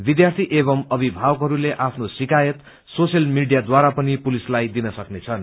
विध्यार्थी एवम् अभिवावकहयले आफ्नो शिकायत सोसियल मिडीयाद्वारा पनि पुलिसलाई दिन सक्नेछन्